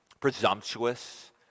presumptuous